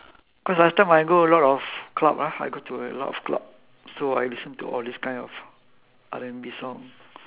cause last time I go a lot of club lah I go to a lot of club so I listen to all this kind of R&B song